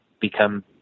become